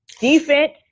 Defense